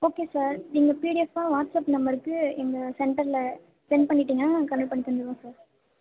okay sir நீங்கள் பிடிஎஃப்பாக WhatsApp நம்பருக்கு எங்கள் சென்டரில் சென்ட் பண்ணிவிட்டிங்கனா நாங்கள் கம்மி பண்ணி தந்துடுவோம் சார்